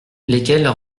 lesquels